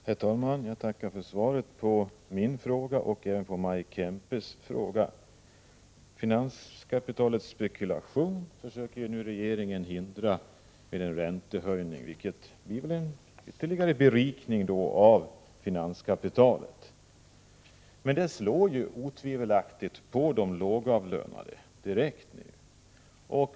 Herr talman! Jag tackar för svaret på min fråga och även för svaret på Maj Kempes fråga. Finanskapitalets spekulation försöker regeringen nu hindra med en räntehöjning, vilket väl då medför en ytterligare berikning av finanskapitalet. Men det slår otvivelaktigt direkt mot de lågavlönade.